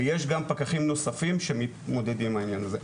ויש גם פקחים נוספים שמתמודדים עם העניין הזה.